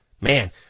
Man